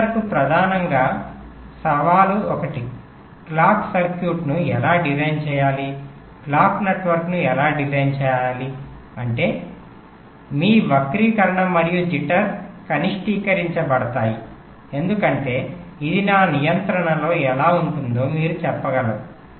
డిజైనర్కు ప్రధాన సవాలు ఒకటి క్లాక్ సర్క్యూట్ను ఎలా డిజైన్ చేయాలి క్లాక్ నెట్వర్క్ను ఎలా డిజైన్ చేయాలి అంటే మీ వక్రీకరణ మరియు జిటర్ కనిష్టీకరించబడతాయి ఎందుకంటే ఇది నా నియంత్రణలో ఎలా ఉంటుందో మీరు చెప్పగలరు